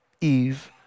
Eve